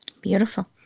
Beautiful